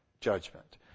judgment